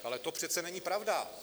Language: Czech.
Ale to přece není pravda!